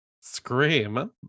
Scream